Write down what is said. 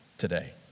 today